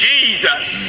Jesus